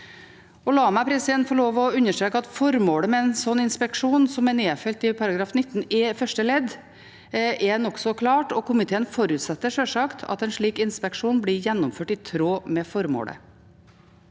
La meg få lov til å understreke at formålet med en sånn inspeksjon, som er nedfelt i § 19 første ledd, er nokså klart, og komiteen forutsetter sjølsagt at en slik inspeksjon blir gjennomført i tråd med formålet.